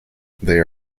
they